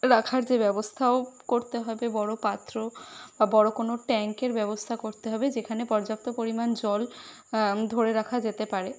রাখার যে ব্যবস্থাও করতে হবে বড় পাত্র বা বড় কোনও ট্যাঙ্কের ব্যবস্থা করতে হবে যেখানে পর্যাপ্ত পরিমাণ জল ধরে রাখা যেতে পারে